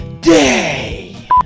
Day